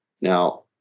Now